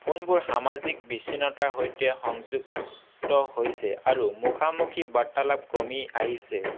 ফোনবোৰ সামাজিক বিচ্ছিনতাৰ সৈতে সংযুক্ত হৈছে আৰু মুখামুখি বাৰ্তালাপ কমি আহিছে